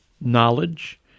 knowledge